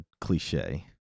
cliche